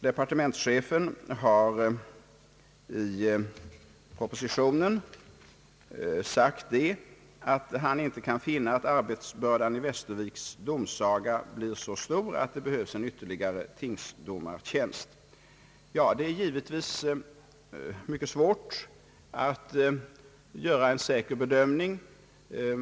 Departementschefen har i propositionen sagt att han inte kan finna att arbetsbördan i Västerviks domsaga blir så stor att det behövs en ytterligare tingsdomartjänst. Det är givetvis myc ket svårt att göra en säker bedömning.